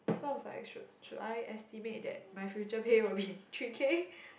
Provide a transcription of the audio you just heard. so I was like should should I estimate that my future pay will be three K